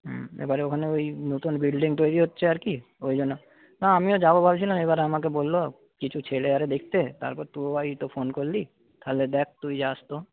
হুম এবারে ওখানে ওই নতুন বিল্ডিং তৈরি হচ্ছে আর কি ওই জন্য না আমিও যাব ভাবছিলাম এবারে আমাকে বলল কিছু ছেলে দেখতে তারপর তোরাই তো ফোন করলি তাহলে দেখ তুই যাস তো